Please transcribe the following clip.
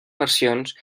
versions